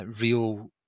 real